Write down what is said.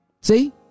See